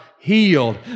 healed